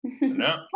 No